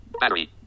Battery